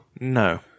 No